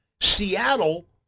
Seattle